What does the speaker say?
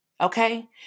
okay